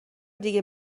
دیگه